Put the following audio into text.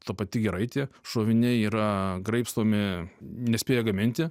ta pati giraitė šoviniai yra graibstomi nespėja gaminti